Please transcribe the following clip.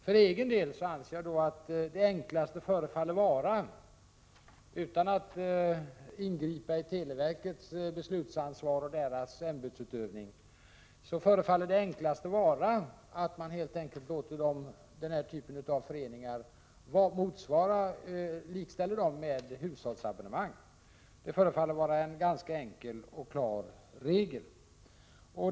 För egen del anser jag — utan att ingripa i televerkets beslutsansvar eller ämbetsutövning -— att det enklaste förefaller vara att likställa den här typen av föreningars abonnemang med hushållsabonnemang. Det förefaller vara en ganska enkel och klar regel.